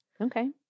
Okay